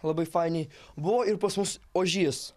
labai fainiai buvo ir pas mus ožys